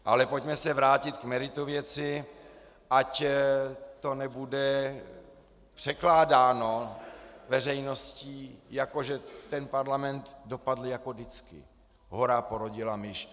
Ale pojďme se vrátit k meritu věci, ať to nebude překládáno veřejností, jako že ten parlament dopadl jako vždycky, hora porodila myš.